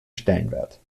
stellenwert